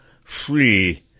free